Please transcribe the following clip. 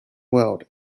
world